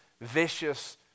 vicious